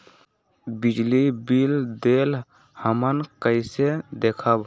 बिजली बिल देल हमन कईसे देखब?